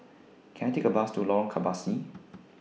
Can I Take A Bus to Lorong Kebasi